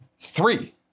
three